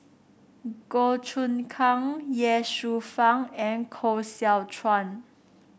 Goh Choon Kang Ye Shufang and Koh Seow Chuan